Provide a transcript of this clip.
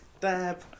dab